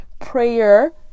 Prayer